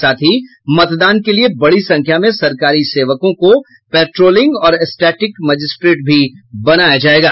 साथ ही मतदान के लिये बड़ी संख्या में सरकारी सेवकों को पेट्रोलिंग और स्टेटिक मजिस्ट्रेट भी बनाया जायेगा